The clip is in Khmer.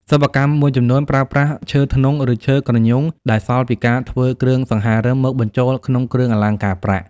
សិប្បកម្មមួយចំនួនប្រើប្រាស់ឈើធ្នង់ ឬឈើគ្រញូងដែលសល់ពីការធ្វើគ្រឿងសង្ហារឹម មកបញ្ចូលក្នុងគ្រឿងអលង្ការប្រាក់។